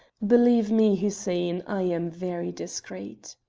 believe me, hussein, i am very discreet.